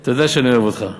אתה יודע שאני אוהב אותך,